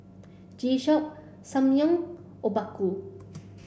G Shock Ssangyong Obaku